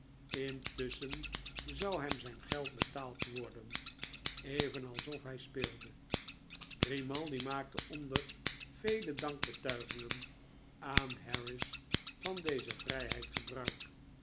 intusschen zou hem zijn geld betaald worden even alsof hij speelde grimaldi maakte onder vele dankbetuigingen aan harris van deze vrijheid gebruik